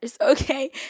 okay